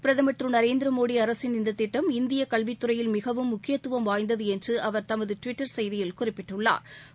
பிரதம் திரு நரேந்திர மோடி அரசின் இந்தத் திட்டம் இந்திய கல்வித்துறையில் மிகவும் முக்கியத்துவம் வாய்ந்தது என்று அவா் தமது டுவிட்டா் செய்தியில் குறிப்பிட்டுள்ளாா்